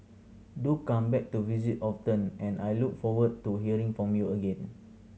do come back to visit often and I look forward to hearing from you again